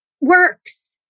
works